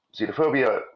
xenophobia